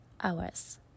hours